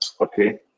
Okay